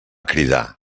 cridar